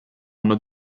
anno